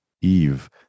eve